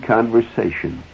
Conversation